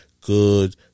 good